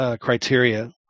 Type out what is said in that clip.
criteria